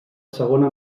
segona